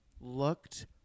looked